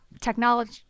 technology